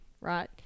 right